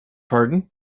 pardon